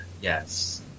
Yes